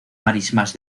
marismas